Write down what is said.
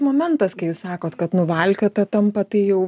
momentas kai jūs sakot kad nuvalkiota tampate jau